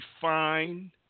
fine